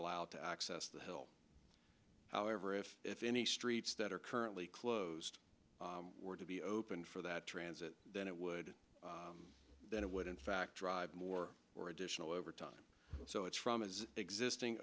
allowed to access the hill however if any streets that are currently closed were to be opened for that transit then it would then it would in fact drive more for additional overtime so it's from his existing